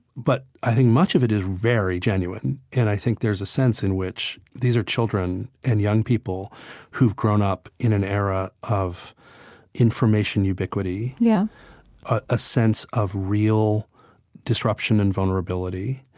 but i think much of it is very genuine. and i think there's a sense in which these are children and young people who've grown up in an era of information ubiquity yeah a sense of real disruption and vulnerability.